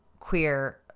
queer